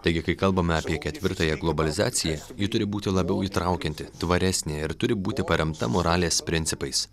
taigi kai kalbame apie ketvirtąją globalizaciją ji turi būti labiau įtraukianti tvaresnė ir turi būti paremta moralės principais